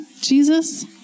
Jesus